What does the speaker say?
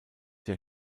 der